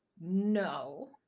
no